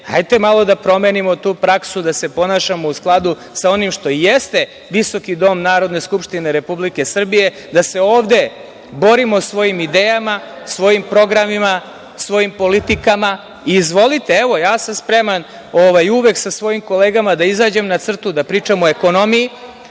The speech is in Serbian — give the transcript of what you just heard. Hajde malo da promenimo tu praksu, da se ponašamo u skladu sa onim što jeste visoki Dom Narodne skupštine Republike Srbije, da se ovde borimo svojim idejama, svojim programima, svojim politika. Izvolite, evo, spreman sam uvek sa svojim kolegama da izađem na crtu, da pričamo o ekonomiji,